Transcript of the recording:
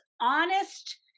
honest